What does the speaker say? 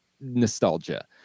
nostalgia